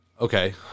okay